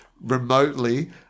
remotely